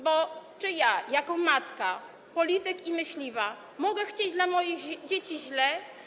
Bo czy ja jako matka, polityk i myśliwa mogę chcieć dla moich dzieci źle?